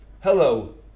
Hello